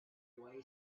boy